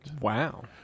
Wow